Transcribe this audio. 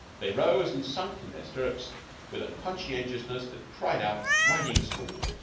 they rose and sunk in their stirrups with a conscientiousness that cried out riding-school!